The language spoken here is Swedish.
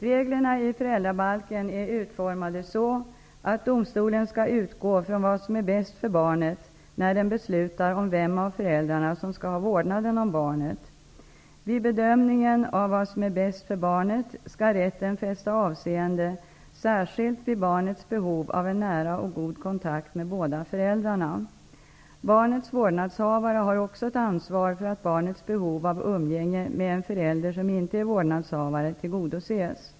Reglerna i föräldrabalken är utformade så att domstolen skall utgå från vad som är bäst för barnet när den beslutar om vem av föräldrarna som skall ha vårdnaden om barnet. Vid bedömningen av vad som är bäst för barnet skall rätten fästa avseende särskilt vid barnets behov av en nära och god kontakt med båda föräldrarna. Barnets vårdnadshavare har också ett ansvar för att barnets behov av umgänge med en förälder som inte är vårdnadshavare tillgodoses.